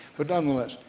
but nonetheless,